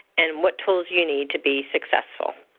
and what tools you need to be successful.